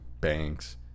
banks